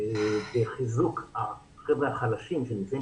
אני יכול להראות לכם רק דוגמא אחת נוספת שהמשרד השקיע דווקא ספציפית